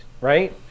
right